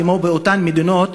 כמו באותן מדינות